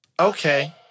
okay